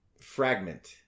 fragment